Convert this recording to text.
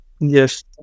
Yes